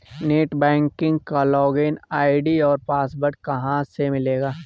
Net banking का login ID एवं password कहाँ से मिलेगा?